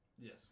Yes